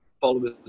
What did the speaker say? followers